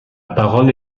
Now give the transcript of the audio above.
parole